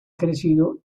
crecido